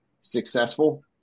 successful